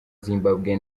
zimbabwe